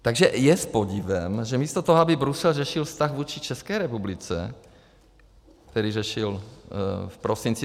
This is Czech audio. Takže je s podivem, že místo toho, aby Brusel řešil vztah vůči České republice, který řešil v prosinci 2018.